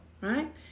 right